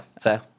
fair